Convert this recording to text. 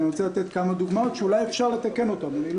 אני רוצה לתת כמה דוגמאות שאולי אפשר לתקן אותן.